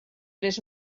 les